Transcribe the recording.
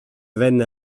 venne